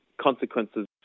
consequences